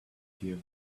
here